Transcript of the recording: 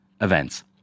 events